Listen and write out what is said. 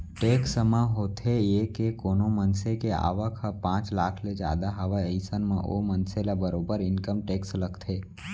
tax म होथे ये के कोनो मनसे के आवक ह पांच लाख ले जादा हावय अइसन म ओ मनसे ल बरोबर इनकम टेक्स लगथे